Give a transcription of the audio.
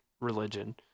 religion